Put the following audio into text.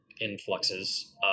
influxes